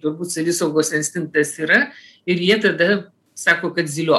turbūt savisaugos instinktas yra ir jie tada sako kad zylio